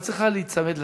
את צריכה להיצמד לטקסט,